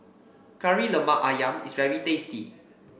Kari Lemak ayam is very tasty